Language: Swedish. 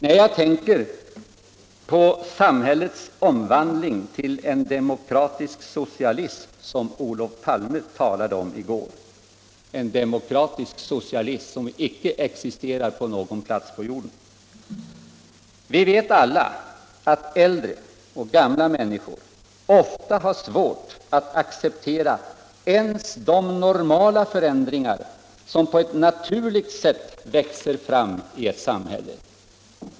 Nej, jag tänker på samhällets omvandling till en demokratisk socialism, som Olof Palme talade om i går, en demokratisk socialism som inte existerar på någon plats på jorden. Vi vet alla att gamla människor ofta har svårt att acceptera ens de normala förändringar som på ett naturligt sätt växer fram i ett samhälle.